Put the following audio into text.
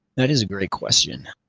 that is a great question.